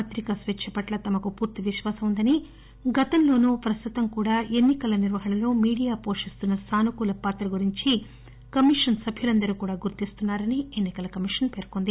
పత్రికా స్వేచ్చ పట్ల తనకు పూర్తి విశ్వాసం ఉందని గతంలోనూ ప్రస్తుతం కూడా ఎన్ని కల నిర్వహణలో మీడియా పోషిస్తున్న సానుకూల పాత్ర గురించి కమీషన్ సభ్యులందరూ కూడా గుర్తిస్తున్నారని ఎన్నికల కమిషన్ పేర్కొంది